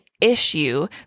issue